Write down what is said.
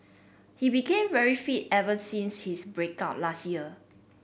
he became very fit ever since his break up last year